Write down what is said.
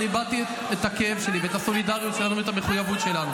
אני הבעתי את הכאב שלי ואת הסולידריות שלנו ואת המחויבות שלנו.